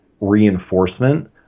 reinforcement